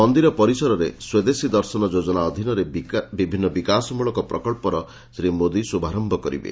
ମନ୍ଦିର ପରିସରରେ ସ୍ୱଦେଶୀ ଦର୍ଶନ ଯୋଜନା ଅଧୀନରେ ବିଭିନ୍ନ ବିକାଶମୂଳକ ପ୍ରକଳ୍ପର ଶ୍ରୀ ମୋଦି ଶୁଭାରମ୍ଭ କରିବେ